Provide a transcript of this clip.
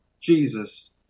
Jesus